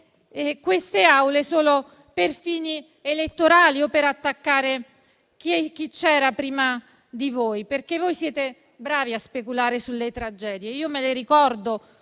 queste Aule solo per fini elettorali o per attaccare chi c'era prima di voi. Siete bravi a speculare sulle tragedie;